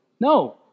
No